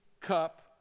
cup